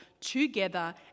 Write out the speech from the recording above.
together